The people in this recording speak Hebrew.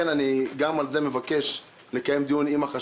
גם בנושא הזה אני מבקש לקיים דיון של הוועדה